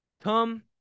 Come